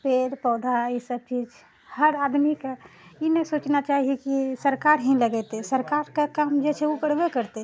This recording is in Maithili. पेड़ पौधा ई सब चीज हर आदमीके ई नहि सोचना चाही कि सरकार ही लगेतै सरकारके काम जे छै उ करबे करतै